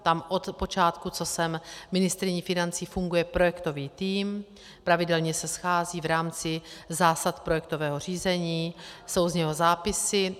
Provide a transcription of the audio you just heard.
Tam od počátku, co jsem ministryní financí, funguje projektový tým, pravidelně se schází v rámci zásad projektového řízení, jsou z něho zápisy.